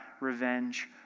revenge